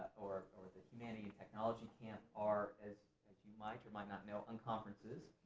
or or the humanity and technology camp, are, as as you might or might not know, unconferences.